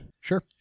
Sure